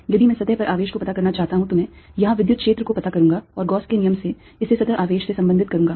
यदि मैं सतह पर आवेश को पता करना चाहता हूं तो मैं यहां विद्युत क्षेत्र को पता करूंगा और गॉस के नियम से इसे सतह आवेश से संबंधित करूंगा